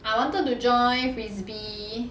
I wanted to join frisbee